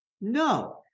No